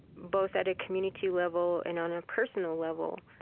both at a community level and on a personal level,